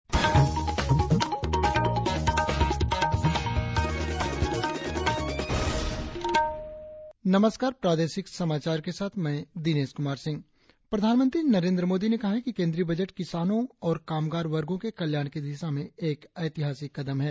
आकाशवाणी ईटानगर प्रधानमंत्री नरेंद्र मोदी ने कहा कि केंद्रीय बजट किसानो और कामगार वर्गो के कल्याण की दिशा में एक ऐतिहासिक कदम है